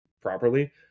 properly